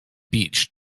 beach